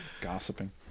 Gossiping